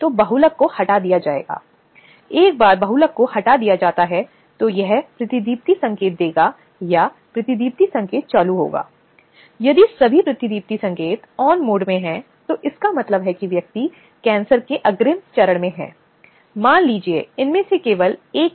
जो बहुत बहुत महत्वपूर्ण है विशेष रूप से रूढ़िवादी समाज में जैसा कि भारत में परंपरा समाज को यह मानती है कि पीड़ित होने के नाते कोई शर्म नहीं है शर्म उत्पीड़नकर्ता की है पीड़ित की नहीं